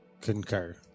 concur